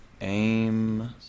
aim